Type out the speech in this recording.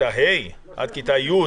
מכיתה ה' ועד כיתה י'